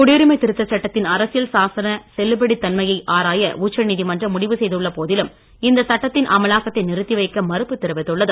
குடியுரிமை திருத்த சட்டத்தின் அரசியல் சாசன செல்லுபடித் தன்மையை ஆராய உச்சநீதிமன்றம் முடிவு செய்துள்ள போதிலும் இந்த சட்டத்தின் அமலாக்கத்தை நிறுத்தி வைக்க மறுப்பு தெரிவித்துள்ளது